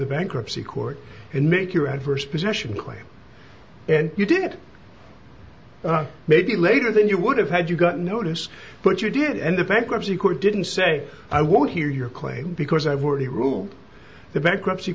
the bankruptcy court and make your adverse possession claim and you did maybe later than you would have had you got notice but you did and the bankruptcy court didn't say i would hear your claim because i've already ruled the bankruptcy